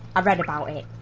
i read about it,